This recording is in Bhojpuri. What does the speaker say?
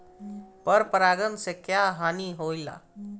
पर परागण से क्या हानि होईला?